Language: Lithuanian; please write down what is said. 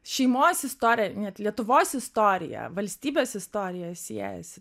šeimos istorija net lietuvos istorija valstybės istorija siejasi